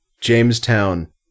Jamestown